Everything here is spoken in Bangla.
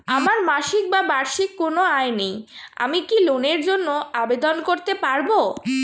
আমার মাসিক বা বার্ষিক কোন আয় নেই আমি কি লোনের জন্য আবেদন করতে পারব?